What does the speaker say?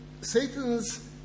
Satan's